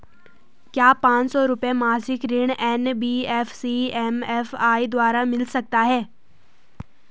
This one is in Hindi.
क्या पांच सौ रुपए मासिक ऋण एन.बी.एफ.सी एम.एफ.आई द्वारा मिल सकता है?